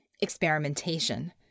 Experimentation